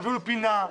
תביאו פינה,